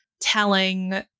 telling